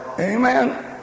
Amen